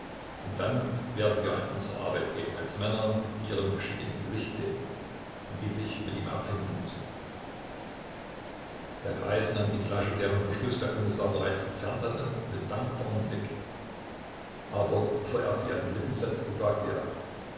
und dann werden wir an unsere arbeit gehen als männer die ihrem geschick ins gesicht sehen und die sich mit ihm abfinden müssen der greis nahm die flasche deren verschluß der kommissar bereits entfernt hatte mit dankbarem blick aber bevor er sie an die lippen setzte sagte er